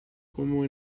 como